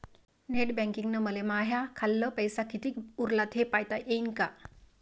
Net बँकिंगनं मले माह्या खाल्ल पैसा कितीक उरला थे पायता यीन काय?